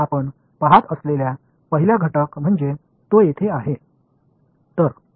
நாம் பார்க்கக்கூடிய முதல் கூறு இங்கிருக்கும் இவர் தான்